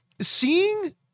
seeing